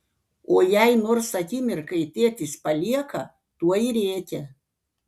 o jei nors akimirkai tėtis palieka tuoj rėkia